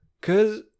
cause